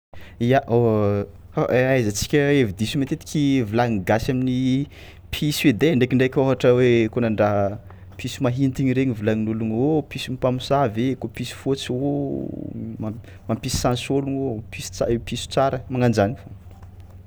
Ya ahaizantsika hevi-diso matetiky volagnin'ny gasy amin'ny piso edy ai ndraikitraiky ôhatra hoe kôa nandraha piso mahintigny regny volagnin'ôlogno: oh, pison'ny mpamosavy e kôa piso fôtsy ô mam- mampisy sens ôlôgno ô, piso ts- piso tsara magnan-jany.